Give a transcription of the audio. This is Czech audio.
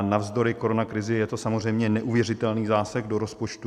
Navzdory koronakrizi je to samozřejmě neuvěřitelný zásah do rozpočtu.